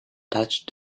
touched